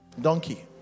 donkey